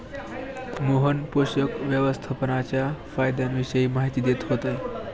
मोहन पोषक व्यवस्थापनाच्या फायद्यांविषयी माहिती देत होते